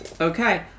Okay